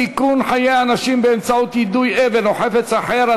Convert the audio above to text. סיכון חיי אנשים באמצעות יידוי אבן או חפץ אחר),